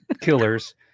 killers